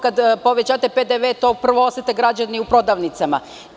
Kad povećate PDV, to prvo osete građani u prodavnicama.